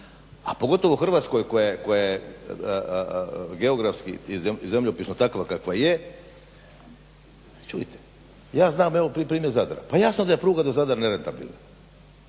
a pogotovo u Hrvatskoj koja je geografski i zemljopisno takva kakva je. Čujte, ja znam evo primjer Zadra. Pa jasno da je pruga do Zadra nerentabilna.